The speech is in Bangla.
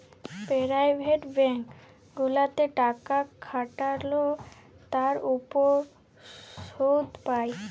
পেরাইভেট ব্যাংক গুলাতে টাকা খাটাল্যে তার উপর শুধ পাই